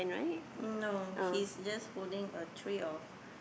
um no he's just holding a tray of